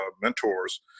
mentors